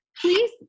please